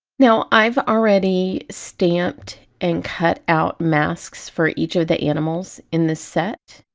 now i've already stamped and cut out masks for each of the animals in the set,